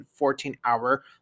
14-hour